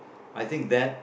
I think that